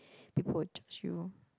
people will judge you